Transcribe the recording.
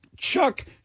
chuck